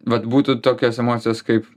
vat būtų tokios emocijos kaip